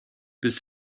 bis